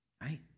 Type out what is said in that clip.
Right